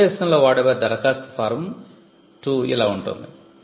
భారత దేశంలో వాడబడే ధరఖాస్తు ఫారం 2 ఇలా ఉంటుంది